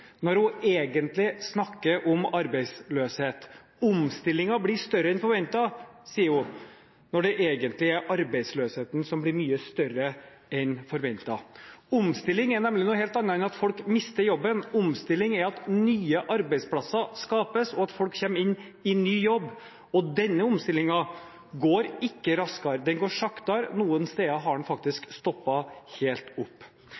når hun egentlig snakker om arbeidsløshet. Omstillingen blir større enn forventet, sier hun, når det egentlig er arbeidsløsheten som blir mye større enn forventet. Omstilling er nemlig noe helt annet enn at folk mister jobben. Omstilling er at nye arbeidsplasser skapes, og at folk kommer inn i ny jobb. Denne omstillingen går ikke raskere, den går saktere – noen steder har den faktisk stoppet helt opp.